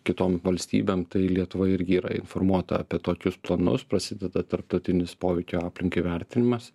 kitom valstybėm tai lietuva irgi yra informuota apie tokius planus prasideda tarptautinis poveikio aplinkai vertinimas